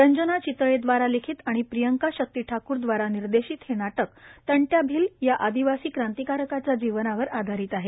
रंजन चितळे द्वारा लिखित आणि प्रियंका शक्ति ठाकूर द्वारा निर्देशित हे नाटक तंट्या भिल या आदिवासी क्रांतिकरकाच्या जीवनावर आधारित आहे